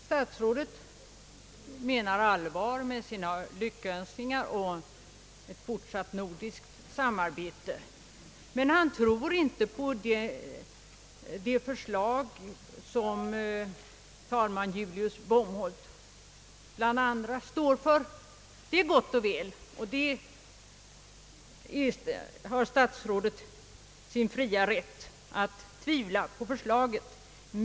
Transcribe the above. Statsrådet säger sig mena allvar med sina lyckönskningar om ett fortsatt nordiskt samarbete, men han tror inte på de förslag som bland andra talman Julius Bombholt står för. Det är gott och väl, och statsrådet har sin fria rätt att tvivla på förslaget.